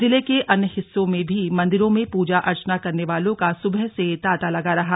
जिले के अन्य हिस्सों में भी मंदिरों में पूजा अर्चना करने वालों का सुबह से तांता लगा रहा